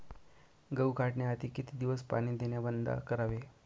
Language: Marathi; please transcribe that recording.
गहू काढण्याआधी किती दिवस पाणी देणे बंद करावे?